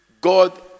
God